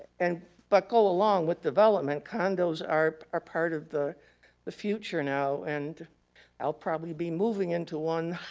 and but go along with development, condos are are part of the the future now, and i'll probably be moving into one